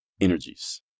energies